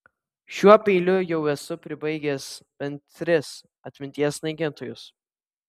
šiuo peiliu jau esu pribaigęs bent tris atminties naikintojus